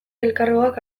elkargoak